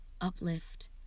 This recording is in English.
uplift